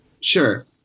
Sure